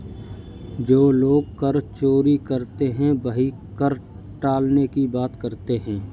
जो लोग कर चोरी करते हैं वही कर टालने की बात करते हैं